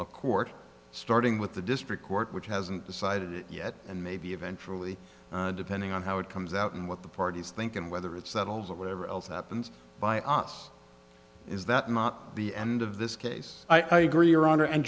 a court starting with the district court which hasn't decided it yet and maybe eventually depending on how it comes out and what the parties think and whether it's settles or whatever else happens by us is that not the end of this case i agree your honor and